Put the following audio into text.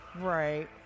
Right